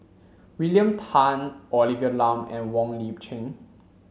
William Tan Olivia Lum and Wong Lip Chin